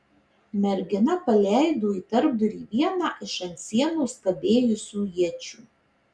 mergina paleido į tarpdurį vieną iš ant sienos kabėjusių iečių